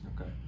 Okay